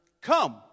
come